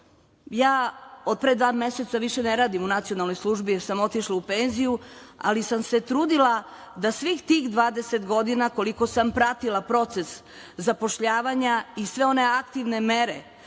Od pre dva meseca više ne radim u Nacionalnoj službi, jer sam otišla u penziju, ali sam se trudila da svih tih 20 godina koliko sam pratila proces zapošljavanja i sve one aktivne mere